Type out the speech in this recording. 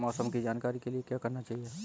मौसम की जानकारी के लिए क्या करना चाहिए?